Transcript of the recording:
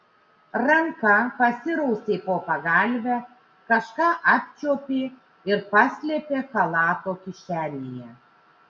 ranka pasirausė po pagalve kažką apčiuopė ir paslėpė chalato kišenėje